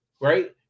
right